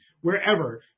wherever